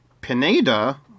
Pineda